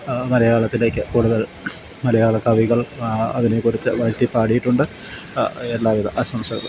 മലയാളത്തിലേക്ക് കൂടുതൽ മലയാള കവികൾ അതിനെ കുറിച്ച് വാഴ്ത്തി പാടിയിട്ടുണ്ട് എല്ലാവിധ ആശംസകളും